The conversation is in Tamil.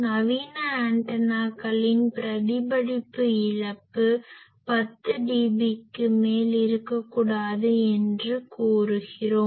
நவீன ஆண்டனாக்களின் பிரதிபலிப்பு இழப்பு 10 dB க்கு மேல் இருக்கக்கூடாது என்று கூறுகிறோம்